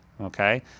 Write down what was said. okay